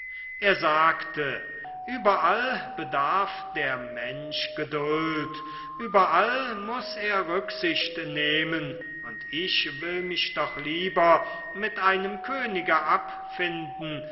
er sagte überall bedarf der mensch geduld überall muß er rücksicht nehmen und ich will mich doch lieber mit meinem könige abfinden